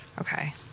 Okay